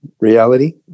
reality